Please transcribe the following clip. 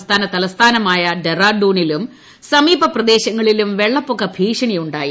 സംസ്ഥാന തലസ്ഥാനമായ ഡെറാഡൂണിലും സമീപ പ്രദേശങ്ങളിലും വെള്ളപ്പൊക്കു ഭീഷണിയുണ്ടായി